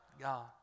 God